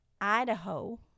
idaho